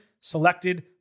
selected